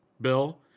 bill